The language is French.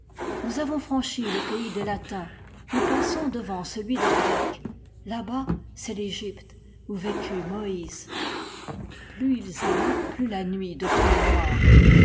nous avons franchi le pays des latins nous passons devant celui des grecs là-bas c'est l'egypte où vécut moïse plus ils allaient plus la nuit devenait noire